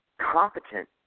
competent